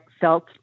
felt